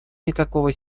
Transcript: никакого